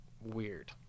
weird